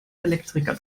elektriker